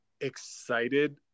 excited